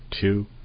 two